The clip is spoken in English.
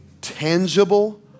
tangible